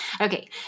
Okay